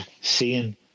seeing